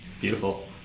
Beautiful